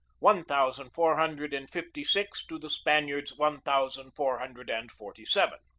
one thousand four hundred and fifty six to the spaniards' one thousand four hundred and forty seven.